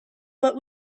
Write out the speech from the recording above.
what